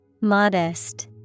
Modest